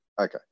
Okay